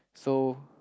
so